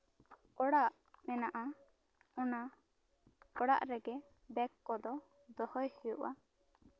ᱚᱲᱟᱜ ᱢᱮᱱᱟᱜᱼᱟ ᱚᱱᱟ ᱚᱲᱟᱜ ᱨᱮᱜᱮ ᱵᱮᱜ ᱠᱚᱫᱚ ᱫᱚᱦᱚᱭ ᱦᱩᱭᱩᱜᱼᱟ